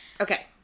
Okay